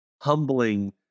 humbling